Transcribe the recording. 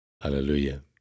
Hallelujah